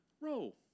roll